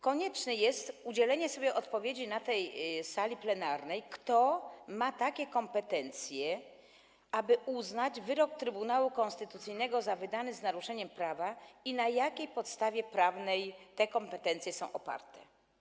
Konieczne jest udzielenie na tej sali odpowiedzi, kto ma takie kompetencje, aby uznać wyrok Trybunału Konstytucyjnego za wydany z naruszeniem prawa, i na jakiej podstawie prawnej te kompetencje są oparte.